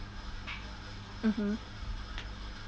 mmhmm